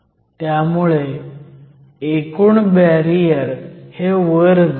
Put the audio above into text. त्यामुळे एकूण बॅरियर हे वर जाईल